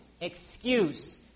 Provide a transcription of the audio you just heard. excuse